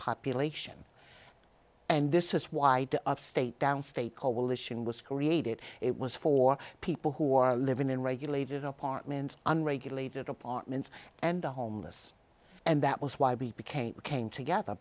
population and this is why the upstate downstate coalition was created it was for people who are living in regulated apartments unregulated apartments and the homeless and that was why we became came together